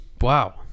wow